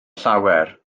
llawer